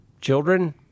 children